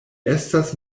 estas